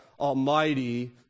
Almighty